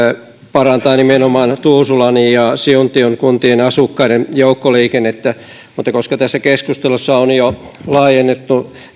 parantaa nimenomaan tuusulan ja siuntion kuntien asukkaiden joukkoliikennettä mutta koska tässä keskustelussa on jo laajennettu